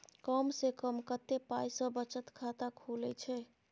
कम से कम कत्ते पाई सं बचत खाता खुले छै?